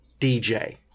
DJ